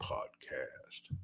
Podcast